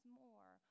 more